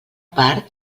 part